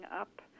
up